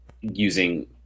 using